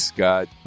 Scott